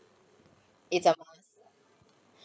It's